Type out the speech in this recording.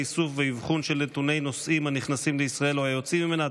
לאיסוף ואבחון של נתוני נוסעים הנכנסים לישראל או היוצאים ממנה,